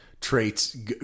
traits